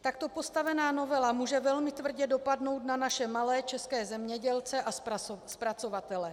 Takto postavená novela může velmi tvrdě dopadnout na naše malé české zemědělce a zpracovatele.